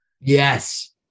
Yes